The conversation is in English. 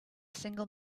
single